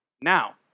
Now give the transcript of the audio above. Now